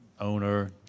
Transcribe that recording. owner